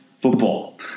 football